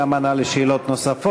וגם ענה על שאלות נוספות.